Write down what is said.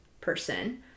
person